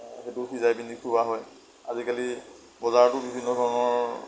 সেইটো সিজাই পেলাই খুওৱা হয় আজিকালি বজাৰতো বিভিন্ন ধৰণৰ